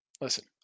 listen